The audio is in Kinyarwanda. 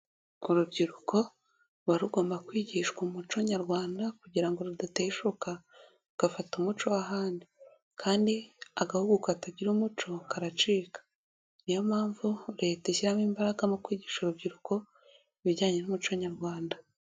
Urubyiruko ruba rugomba kwigishwa umuco Nyarwanda kugira ngo rudateshuka rugafata umuco w'ahandi, kandi agahugu katagira umuco karacika, niyo mpamvu leta ishyiramo imbaraga mu kwigisha urubyiruko ibijyanye n'umuco Nyarwanda.